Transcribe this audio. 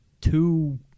two